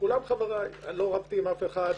כולם חבריי ולא רבתי עם אף אחד,